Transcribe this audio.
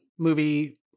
movie